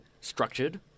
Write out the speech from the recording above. structured